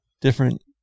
different